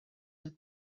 have